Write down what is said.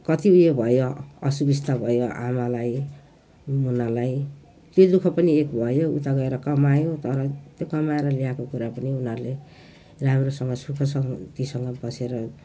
कति उयो भयो असुबिस्ता भयो आमालाई मुनालाई त्यो दुःख पनि एक भयो उता गएर कमायो तर त्यो कमाएर ल्याएको कुरा पनि उनीहरूले राम्रोसँग सुख शान्तिसँग बसेर